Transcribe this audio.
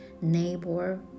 neighbor